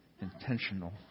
intentional